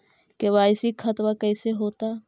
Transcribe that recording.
KYC खतबा कैसे होता?